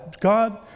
God